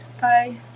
Bye